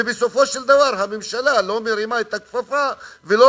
ובסופו של דבר הממשלה לא מרימה את הכפפה ולא